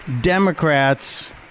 Democrats